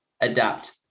adapt